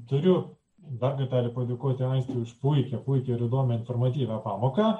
turiu dar kartelį aistei už puikią puikią ir informatyvią pamoką